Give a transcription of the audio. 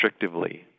restrictively